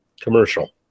commercial